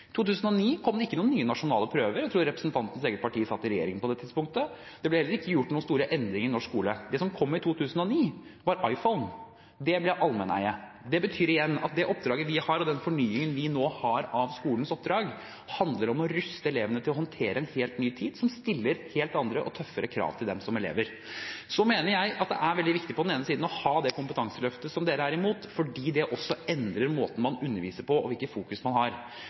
2009 kom det ikke noen nye nasjonale prøver. Jeg tror representanten Knutsdatter Strands eget parti satt i regjering på det tidspunktet. Det ble heller ikke gjort noen store endringer i norsk skole. Det som kom i 2009, var iPhone. Den ble allmenneie. Det betyr igjen at det oppdraget vi har, og den fornyingen vi nå har av skolens oppdrag, handler om å ruste elevene til å håndtere en helt ny tid, som stiller helt andre og tøffere krav til dem som elever. Jeg mener at det er veldig viktig å ha det kompetanseløftet som dere er imot, fordi det også endrer måten man underviser på, og hvilket fokus man har.